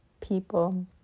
people